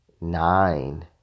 nine